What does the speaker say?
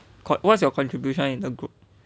what what's your contribution in a group